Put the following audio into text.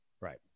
Right